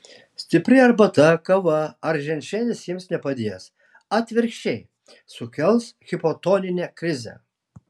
stipri arbata kava ar ženšenis jiems nepadės atvirkščiai sukels hipotoninę krizę